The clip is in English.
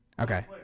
Okay